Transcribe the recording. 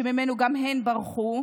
שממנו הן ברחו.